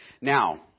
Now